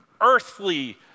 earthly